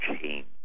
change